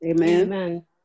Amen